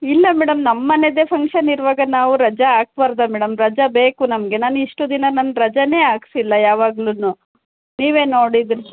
ಇಲ್ಲ ಮೇಡಮ್ ನಮ್ಮ ಮನೆಯದೇ ಫಂಕ್ಷನ್ ಇರುವಾಗ ನಾವು ರಜಾ ಹಾಕಬಾರ್ದ ಮೇಡಮ್ ರಜಾ ಬೇಕು ನಮಗೆ ನಾನು ಇಷ್ಟು ದಿನ ನಾನು ರಜಾ ಹಾಕಿಸಿಲ್ಲ ಯಾವಗ್ಲು ನೀವೇ ನೋಡಿದ್ರಿ